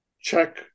check